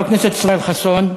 חבר הכנסת ישראל חסון,